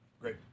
Great